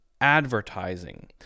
advertising